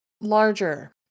larger